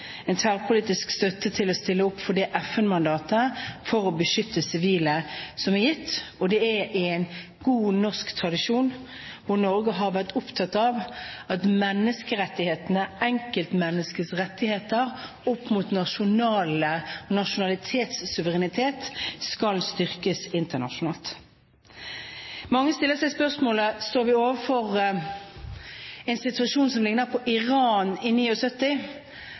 støtte til å stille opp for dette FN-mandatet for å beskytte sivile, og det er i en god, norsk tradisjon, hvor Norge har vært opptatt av at menneskerettighetene, enkeltmenneskets rettigheter opp mot nasjonalitetssuverenitet, skal styrkes internasjonalt. Mange stiller seg spørsmålet: Står vi, med tanke på det som foregår i Midtøsten, overfor en situasjon som ligner på Iran i